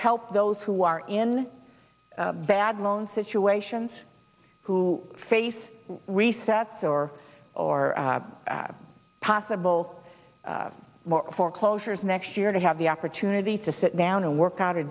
help those who are in bad loan situations who face resets or or possible more foreclosures next year to have the opportunity to sit down and work out a